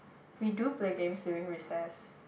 we do play games during recess